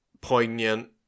poignant